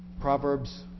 Proverbs